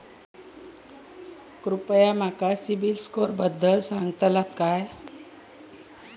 कृपया माका सिबिल स्कोअरबद्दल सांगताल का?